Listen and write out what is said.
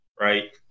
right